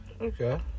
Okay